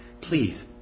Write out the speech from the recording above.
Please